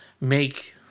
make